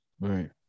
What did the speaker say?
right